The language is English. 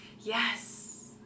Yes